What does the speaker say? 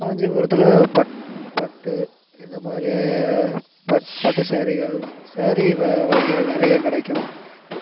காஞ்சிபுரத்தில் பட் ம் பட்டு இதுமாதிரி பட் பட்டு சாரீகள் சாரீவக வகைகள் நிறைய கிடைக்கும்